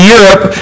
Europe